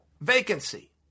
vacancy